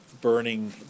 burning